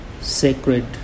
sacred